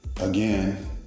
again